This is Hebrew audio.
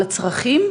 על הצרכים?